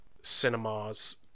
cinemas